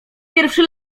pierwszy